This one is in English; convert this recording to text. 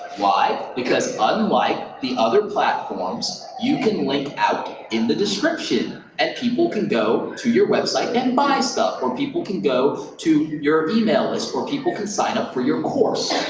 why? because but unlike the other platforms, you can link out in the description and people can go to your website and buy stuff or people can go to your email list where people can sign up for your course.